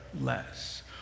less